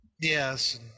Yes